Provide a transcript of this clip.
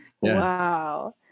wow